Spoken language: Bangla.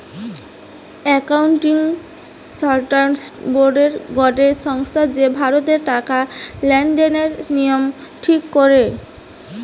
একাউন্টিং স্ট্যান্ডার্ড বোর্ড গটে সংস্থা যে ভারতের টাকা লেনদেনের নিয়ম ঠিক করে